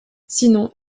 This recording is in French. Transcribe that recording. sinon